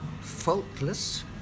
faultless